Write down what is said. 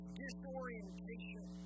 disorientation